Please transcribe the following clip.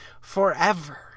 forever